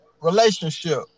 relationship